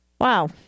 Wow